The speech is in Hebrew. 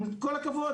עם כל הכבוד,